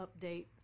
update